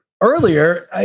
earlier